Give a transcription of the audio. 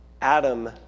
Adam